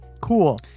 cool